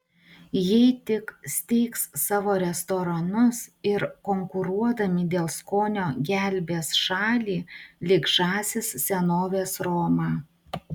jei tik steigs savo restoranus ir konkuruodami dėl skonio gelbės šalį lyg žąsys senovės romą